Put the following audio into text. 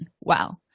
Wow